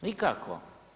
Nikako.